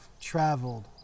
traveled